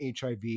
HIV